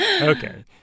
okay